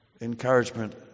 encouragement